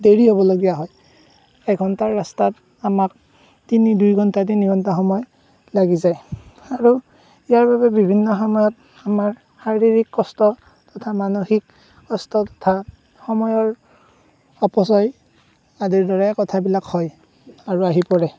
দেৰি হ'বলগীয়া হয় এঘণ্টাৰ ৰাস্তাত আমাক তিনি দুই ঘণ্টা তিনি ঘণ্টা সময় লাগি যায় আৰু ইয়াৰ বাবে বিভিন্ন সময়ত আমাৰ শাৰীৰিক কষ্ট তথা মানসিক কষ্ট তথা সময়ৰ অপচয় আদিৰ দৰে কথাবিলাক হয় আৰু আহি পৰে